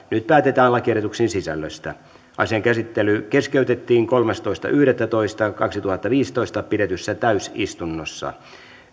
nyt päätetään lakiehdotuksen sisällöstä asian käsittely keskeytettiin kolmastoista yhdettätoista kaksituhattaviisitoista pidetyssä täysistunnossa